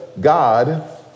God